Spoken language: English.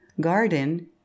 garden